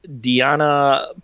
Diana